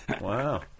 Wow